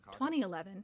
2011